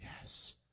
Yes